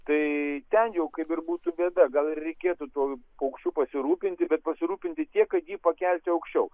tai ten jau kaip ir būtų bėda gal ir reikėtų tuo paukščiu pasirūpinti bet pasirūpinti tiek kad jį pakelti aukščiau